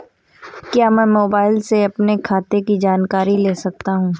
क्या मैं मोबाइल से अपने खाते की जानकारी ले सकता हूँ?